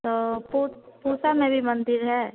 ओ तो कोटा में भी मंदिर है